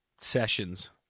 sessions